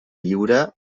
lliure